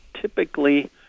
Typically